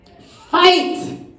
Fight